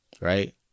right